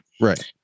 Right